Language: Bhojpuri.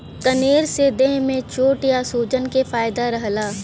कनेर से देह में चोट या सूजन से फायदा रहला